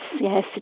yes